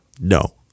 no